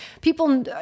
people